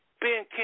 Ben